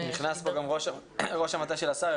נכנס לפה ראש המטה של השר,